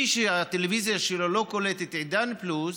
מי שהטלוויזיה שלו לא קולטת עידן פלוס,